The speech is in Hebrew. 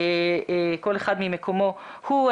כל אחד ממקומו הוא.